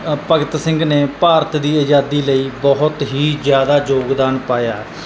ਭਗਤ ਸਿੰਘ ਨੇ ਭਾਰਤ ਦੀ ਆਜ਼ਾਦੀ ਲਈ ਬਹੁਤ ਹੀ ਜ਼ਿਆਦਾ ਯੋਗਦਾਨ ਪਾਇਆ